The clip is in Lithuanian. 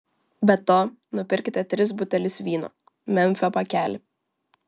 be to nupirkite tris butelius vyno memfio pakelį